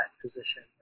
position